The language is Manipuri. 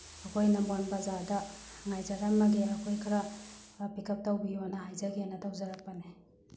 ꯑꯩꯈꯣꯏ ꯅꯝꯕꯣꯟ ꯕꯖꯥꯔꯗ ꯉꯥꯏꯖꯔꯝꯃꯒꯦ ꯑꯩꯈꯣꯏ ꯈꯔ ꯄꯤꯛ ꯎꯞ ꯇꯧꯕꯤꯌꯣꯅ ꯍꯥꯏꯖꯒꯦꯅ ꯇꯧꯖꯔꯛꯄꯅꯦ